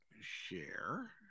Share